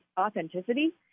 authenticity